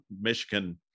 Michigan